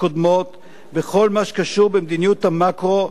הקודמות בכל מה שקשור למדיניות המקרו,